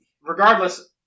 Regardless